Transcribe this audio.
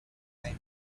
time